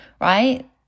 right